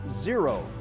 zero